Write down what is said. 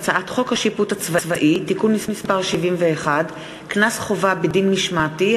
והצעת חוק השיפוט הצבאי (תיקון מס' 71) (קנס חובה בדין משמעתי),